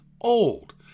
old